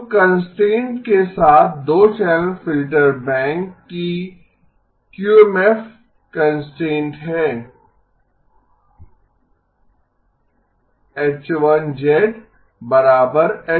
तो कंस्ट्रेंट के साथ 2 चैनल फिल्टर बैंक कि क्यूएमएफ कंस्ट्रेंट है H 1 H 0 − z